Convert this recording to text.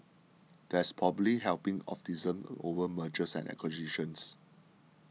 that's probably helping optimism over mergers and acquisitions